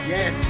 Yes